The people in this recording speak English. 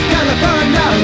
California